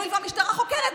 הואיל והמשטרה חוקרת,